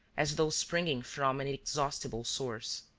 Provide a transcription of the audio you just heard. as though springing from an inexhaustible source.